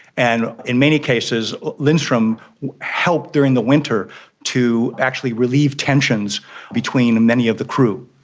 and in many cases lindstrom helped during the winter to actually relieve tensions between many of the crew.